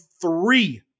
three